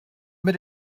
mit